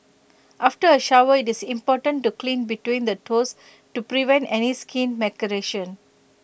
after A shower IT is important to clean between the toes to prevent any skin maceration